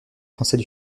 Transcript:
français